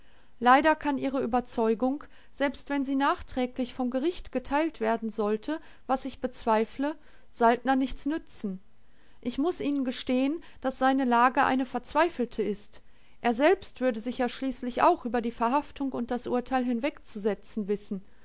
leider kann ihre überzeugung selbst wenn sie nachträglich vom gericht geteilt werden sollte was ich bezweifle saltner nichts nützen ich muß ihnen gestehen daß seine lage eine verzweifelte ist er selbst würde sich ja schließlich auch über die verhaftung und das urteil hinwegzusetzen wissen